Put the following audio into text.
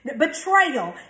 betrayal